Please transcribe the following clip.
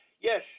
Yes